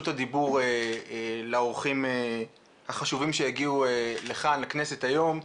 הדיבור לאורחים החשובים שהגיעו לכאן לכנסת היום,